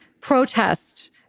protest